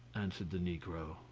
answered the negro.